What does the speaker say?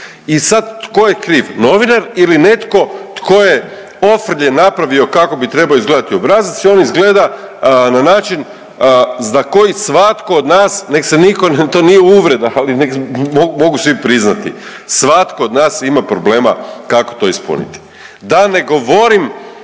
I sad tko je kriv, novinar ili netko tko je ofrlje napravio kako bi trebao izgledati obrazac i on izgleda na način na koji svatko od nas, nek se nitko ne, to nije uvreda, ali mogu svi priznati, svatko od nas ima problema kako to ispuniti. Da ne govorim